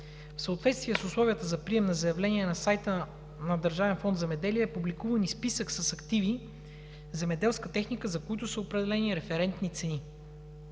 В съответствие с условията за прием на заявления на сайта на Държавен фонд „Земеделие“ е публикуван и списък с активи – земеделска техника, за които са определени референтни цени.